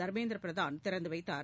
தர்மேந்திர பிரதாள் திறந்து வைத்தார்